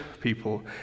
people